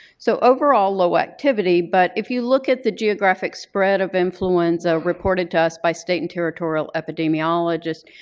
so overall, low activity. but if you look at the geographic spread of influenza reported to us by state and territorial epidemiologists,